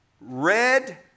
red